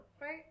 right